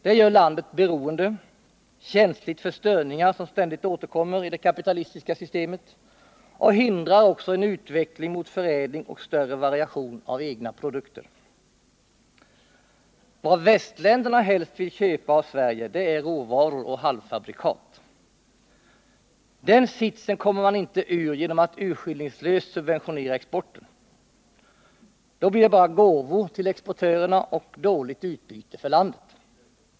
Det gör landet beroende, känsligt för störningar som ständigt återkommer i det kapitalistiska systemet och hindrar en utveckling mot förädling och större variation av egna produkter. Vad västländerna helst vill köpa av Sverige är råvaror och halvfabrikat. Den sitsen kommer man inte ur genom att urskillningslöst subventionera exporten. Då blir det bara gåvor till exportörerna och dåligt utbyte för landet.